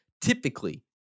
typically